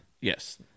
Yes